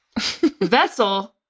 Vessel